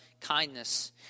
kindness